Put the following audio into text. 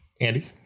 Andy